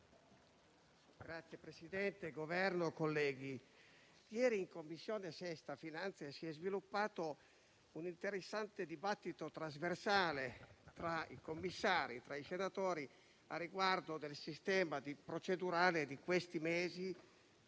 rappresentante del Governo, colleghi, ieri in 6a Commissione (Finanze) si è sviluppato un interessante dibattito trasversale tra i commissari senatori a riguardo del sistema procedurale di questi mesi